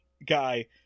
guy